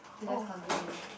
k lets continue